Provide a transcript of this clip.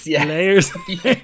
layers